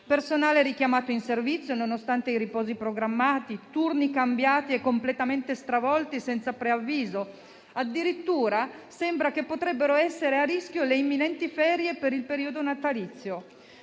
personale, richiami in servizio nonostante i riposi programmati e i turni cambiati o completamente stravolti senza preavviso. Addirittura, sembra che potrebbero essere a rischio le imminenti ferie del periodo natalizio.